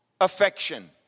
affection